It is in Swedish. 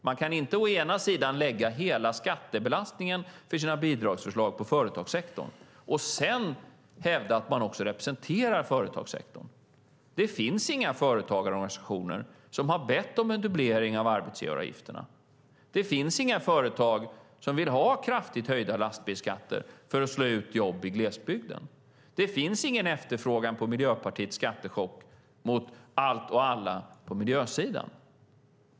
Man kan inte först lägga hela skattebelastningen för sina bidragsförslag på företagssektorn och sedan hävda att man representerar företagssektorn. Det finns inga företagarorganisationer som har bett om en dubblering av arbetsgivaravgifterna. Det finns inga företag som vill ha kraftigt höjda lastbilsskatter för att slå ut jobb i glesbygden. Det finns ingen efterfrågan på Miljöpartiets skattechock mot allt och alla på miljösidan.